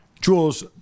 Jules